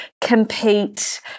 compete